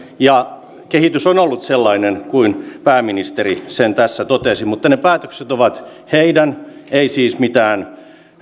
ja kehitys on ollut sellainen kuin pääministeri sen tässä totesi mutta ne päätökset ovat heidän ei siis mitään